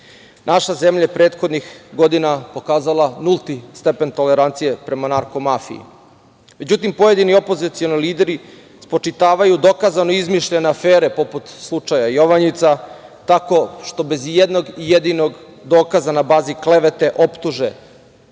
zemlja je prethodnih godina pokazala nulti stepen tolerancije prema narko mafiji. Međutim, pojedini opozicioni lideri spočitavaju dokazano izmišljene afere, poput slučaja Jovanica, tako što bez i jednog jedinog dokaza na bazi klevete optuže